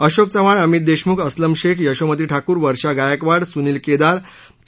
Ashok Chavan Amit Deshmukh Aslam Shaikh Yashomati Thakur Varsha Gaikwad Sunil Kedar के